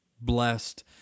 blessed